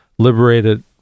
liberated